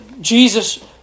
Jesus